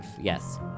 Yes